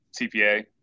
CPA